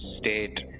state